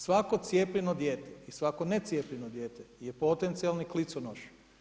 Svako cijepljeno dijete i svako ne cijepljeno dijete je potencijalni kliconoša.